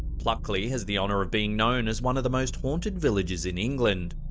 pluckley has the honor of being known as one of the most haunted villages in england.